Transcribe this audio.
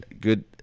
good